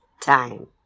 time